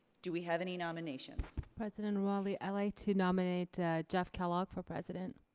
do we have any nominations? president romali, i'd like to nominate jeff kellogg for president.